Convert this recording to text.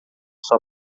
sua